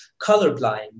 colorblind